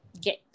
get